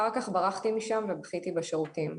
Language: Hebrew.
אחר כך ברחתי משם ובכיתי בשירותים.